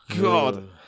God